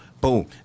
boom